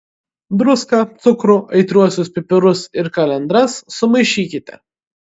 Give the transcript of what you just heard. druską cukrų aitriuosius pipirus ir kalendras sumaišykite